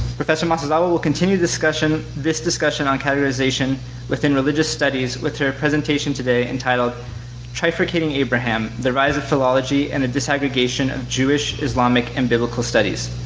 professor masuzawa will continue this discussion on categorization within religious studies with her presentation today, entitled trifurcating abraham, the rise of philology and the disaggregation of jewish, islamic, and biblical studies.